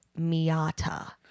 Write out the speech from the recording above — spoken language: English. Miata